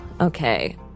Okay